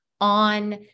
on